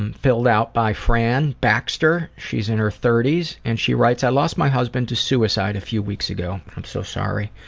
and filled out by fran baxter, she's in her thirty s, and she writes i lost my husband to suicide a few weeks ago i'm so sorry.